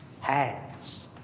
hands